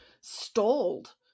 stalled